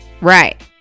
Right